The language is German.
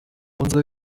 unsere